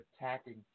attacking